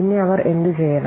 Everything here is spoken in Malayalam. പിന്നെ അവർ എന്തുചെയ്യണം